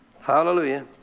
Hallelujah